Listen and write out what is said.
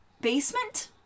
basement